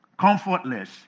comfortless